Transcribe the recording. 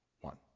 one